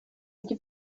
اگه